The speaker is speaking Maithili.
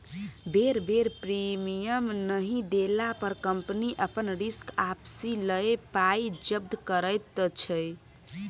बेर बेर प्रीमियम नहि देला पर कंपनी अपन रिस्क आपिस लए पाइ जब्त करैत छै